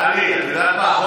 טלי, את יודעת מה?